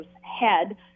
head